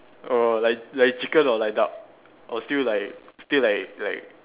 err like like chicken or like duck or still like still like like